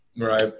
Right